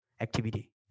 activity